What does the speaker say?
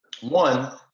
one